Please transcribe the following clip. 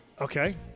Okay